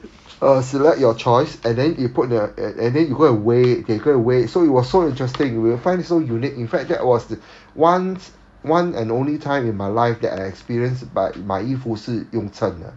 uh select your choice and then you put the and then you go and weigh they go and weigh so it was so interesting you will find so unique in fact that was the once one and only time in my life that I experienced 买买衣服是用 chan 的